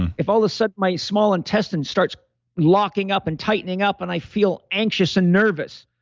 and if all of a sudden my small intestine starts locking up and tightening up and i feel anxious and nervous,